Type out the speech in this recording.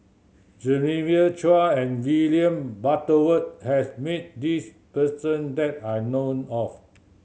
Genevieve Chua and William Butterworth has meet this person that I know of